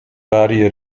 varie